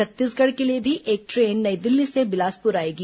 छत्तीसगढ़ के लिए भी एक ट्रेन नई दिल्ली से बिलासपुर आएगी